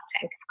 Tank